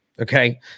okay